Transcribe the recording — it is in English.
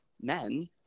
men